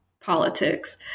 politics